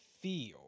feel